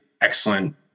excellent